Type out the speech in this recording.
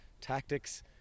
Tactics